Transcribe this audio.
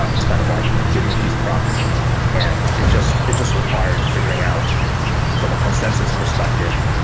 um it's kind of like giving a piece of property away, and it just it just requires figuring out from a consensus perspective,